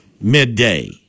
midday